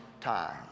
time